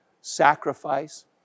sacrifice